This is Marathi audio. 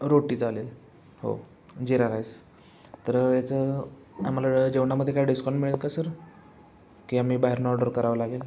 रोटी चालेल हो जिरा राईस तर याचं आम्हाला जेवणामध्ये काय डिस्काउंट मिळेल का सर की आम्ही बाहेरून ऑर्डर करावं लागेल